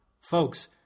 Folks